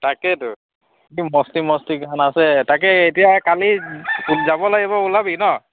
তাকেতো কি মস্তি মস্তি গান আছে তাকে এতিয়া কালি যাব লাগিব ওলাবি ন